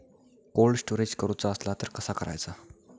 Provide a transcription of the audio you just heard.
Cold storage करूचा असला तर कसा करायचा?